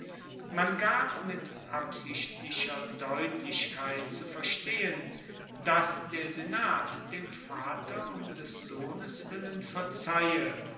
man gab mit absichtlicher deutlichkeit zu verstehen dass der senat dem vater um des sohnes willen verzeihe